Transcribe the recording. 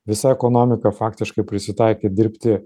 visa ekonomika faktiškai prisitaikė dirbti